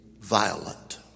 violent